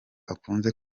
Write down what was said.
akunze